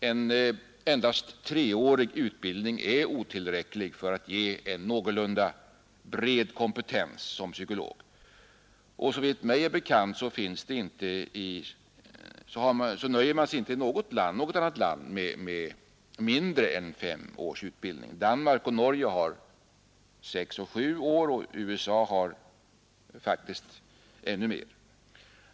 En endast treårig utbildning är otillräcklig för att ge en någorlunda bred kompetens såsom psykolog. Såvitt mig är bekant nöjer man sig inte i något annat land med mindre än fem års utbildning. I Danmark och Norge tar utbildningen sex och sju år, och i USA är utbildningstiden faktiskt ännu längre.